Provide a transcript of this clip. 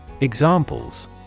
Examples